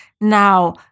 Now